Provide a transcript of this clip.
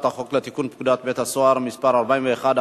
חוק לתיקון פקודת בתי-הסוהר (מס' 41),